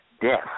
Death